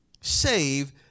save